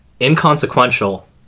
inconsequential